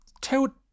Tell